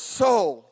soul